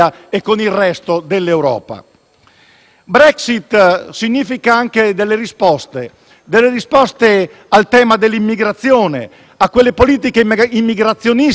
Brexit significa anche dare delle risposte al tema dell'immigrazione e a quelle politiche immigrazioniste che il Regno Unito non accettava